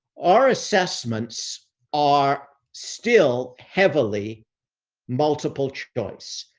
our assessments are still heavily multiple choice.